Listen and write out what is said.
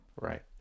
Right